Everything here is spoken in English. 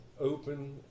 open